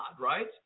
right